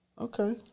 Okay